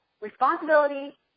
responsibility